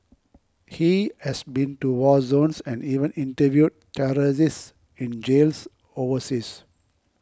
he has been to war zones and even interviewed terrorists in jails overseas